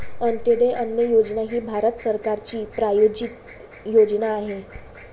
अंत्योदय अन्न योजना ही भारत सरकारची प्रायोजित योजना आहे